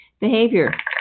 behavior